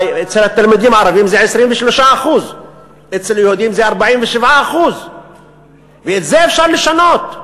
אצל התלמידים הערבים זה 23%; אצל היהודים זה 47%. את זה אפשר לשנות.